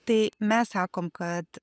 tai mes sakom kad